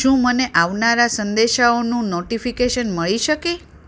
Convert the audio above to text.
શું મને આવનારા સંદેશાઓનું નોટીફીકેશન મળી શકે